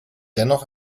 dennoch